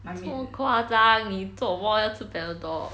这么夸张你做什么要吃 panadol